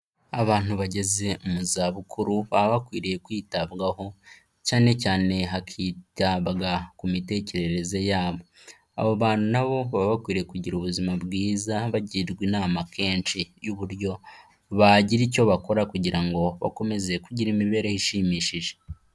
Abantu bageze mu zabukuru baba bakwiriye kwitabwaho, cyane cyane hakitabwa ku mitekerereze yabo, abo bantu na bo baba bakwiriye kugira ubuzima bwiza bagirwa inama kenshi y'uburyo bagira icyo bakora kugira ngo bakomeze kugira imibereho ishimishije.